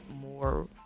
more